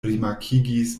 rimarkigis